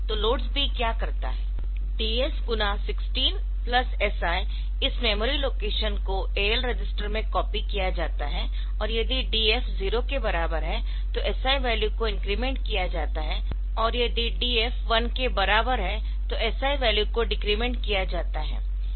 तो LODS B क्या करता है DS गुना 16 प्लस SI इस मेमोरी लोकेशन को AL रजिस्टर में कॉपी किया जाता है और यदि DF 0 के बराबर है तो SI वैल्यू को इंक्रीमेंट किया जाता है और यदि DF 1 के बराबर है तो SI वैल्यू को डिक्रिमेंट किया जाता है